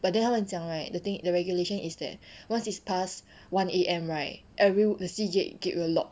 but then 他们讲 right the thing the regulation is that once is past one A_M right every the C gate gate will lock